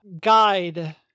guide